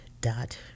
dot